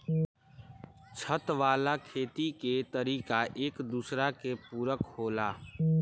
छत वाला खेती के तरीका एक दूसरा के पूरक होला